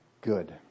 good